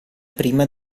prima